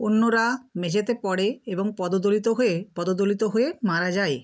অন্যরা মেঝেতে পড়ে এবং পদদলিত হয়ে পদদলিত হয়ে মারা যায়